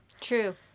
True